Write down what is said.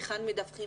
היכן מדווחים,